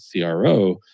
CRO